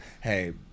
Hey